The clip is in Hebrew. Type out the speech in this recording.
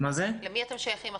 למי אתם שייכים עכשיו?